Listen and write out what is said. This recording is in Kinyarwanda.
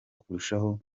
kurushaho